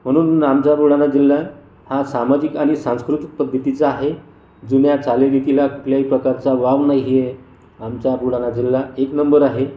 म्हणून आमचा बुलढाणा जिल्हा हा सामाजिक आणि सांस्कृतिक पद्धतीचा आहे जुन्या चालीरीतीला कुठल्याही प्रकारचा वाव नाही आहे आमचा बुलढाणा जिल्हा एक नंबर आहे